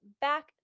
back